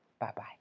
Bye-bye